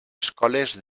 escoles